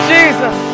Jesus